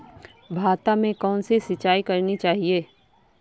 भाता में कौन सी सिंचाई करनी चाहिये?